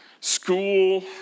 school